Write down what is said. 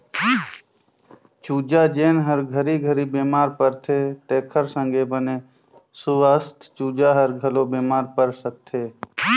चूजा जेन हर घरी घरी बेमार परथे तेखर संघे बने सुवस्थ चूजा हर घलो बेमार पर सकथे